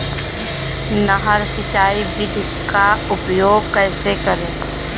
नहर सिंचाई विधि का उपयोग कैसे करें?